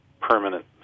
permanent